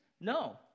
No